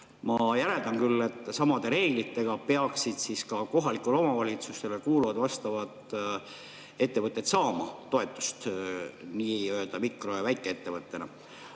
Ma järeldan küll, et samade reeglitega peaksid ka kohalikele omavalitsustele kuuluvad vastavad ettevõtted saama toetust nii-öelda mikro‑ ja väikeettevõttena. Aga